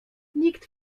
nikt